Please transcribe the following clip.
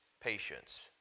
patience